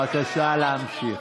בבקשה להמשיך.